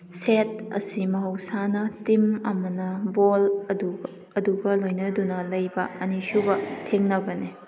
set ꯑꯁꯤ ꯃꯍꯧꯁꯥꯅ team ꯑꯃꯅ ꯕꯣꯜ ꯑꯗꯨꯒ ꯂꯣꯏꯅꯗꯨꯅ ꯂꯩꯕ ꯑꯅꯤꯁꯨꯕ ꯊꯦꯡꯅꯕꯅꯤ